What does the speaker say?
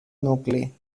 nucli